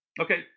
Okay